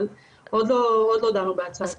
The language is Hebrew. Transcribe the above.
אבל עוד לא דנו בהצעה כזאת.